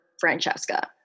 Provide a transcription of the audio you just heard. Francesca